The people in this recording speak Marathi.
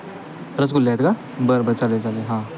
रसगुल्ले आहेत का बरं बरं चालेल चालेल हां